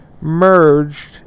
merged